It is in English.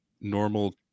normal